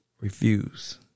Refuse